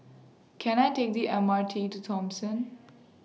Can I Take The M R T to Thomson